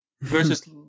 versus